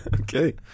Okay